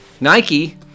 Nike